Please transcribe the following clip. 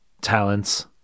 Talents